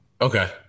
Okay